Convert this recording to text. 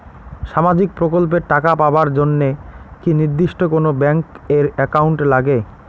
সামাজিক প্রকল্পের টাকা পাবার জন্যে কি নির্দিষ্ট কোনো ব্যাংক এর একাউন্ট লাগে?